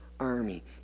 army